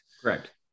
Correct